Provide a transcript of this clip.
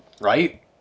right